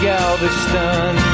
Galveston